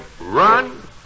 run